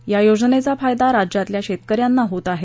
या योजनेचा फायदा राज्यातल्या शेतक यांना होत आहे